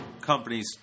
companies